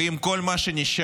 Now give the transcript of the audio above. ואם כל מה שנשאר